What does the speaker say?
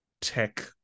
tech